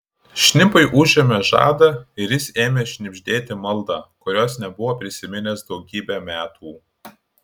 šnipui užėmė žadą ir jis ėmė šnibždėti maldą kurios nebuvo prisiminęs daugybę metų